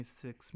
six